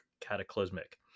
cataclysmic